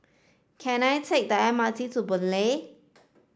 can I take the M R T to Boon Lay